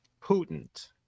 Putin